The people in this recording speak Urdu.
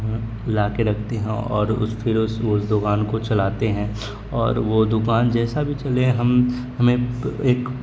لا کے رکھتے ہیں اور اس پھر اس اس دوکان کو چلاتے ہیں اور وہ دوکان جیسا بھی چلے ہم ہمیں ایک